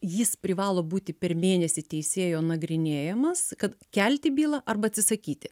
jis privalo būti per mėnesį teisėjo nagrinėjamas kad kelti bylą arba atsisakyti